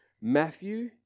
Matthew